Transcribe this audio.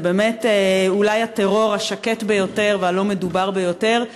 זה באמת אולי הטרור השקט ביותר והלא-מדובר ביותר.